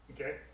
okay